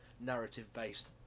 narrative-based